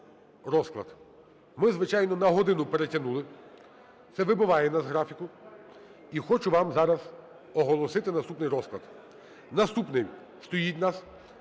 розклад. Ми, звичайно, на годину перетягнули, це вибиває нас з графіка. І хочу вам зараз оголосити наступний розклад. Наступний стоїть у нас